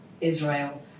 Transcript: Israel